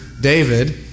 David